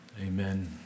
Amen